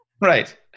Right